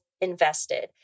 invested